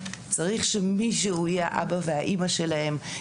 צריך שמישהו יהיה האבא והאמא שלהם,